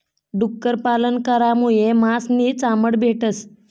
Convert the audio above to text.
डुक्कर पालन करामुये मास नी चामड भेटस